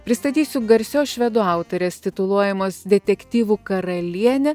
pristatysiu garsios švedų autorės tituluojamos detektyvų karalienė